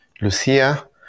Lucia